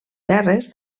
terres